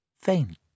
faint